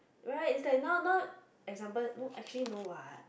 you know right now now example actually no what